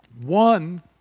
One